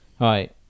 right